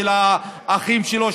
של האחים שלו,